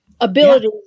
ability